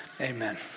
Amen